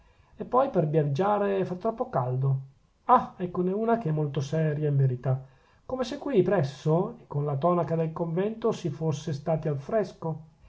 e poi per viaggiare fa troppo caldo oh eccone una che è molto seria in verità come se qui presso e con la tonaca del convento si fosse stati al fresco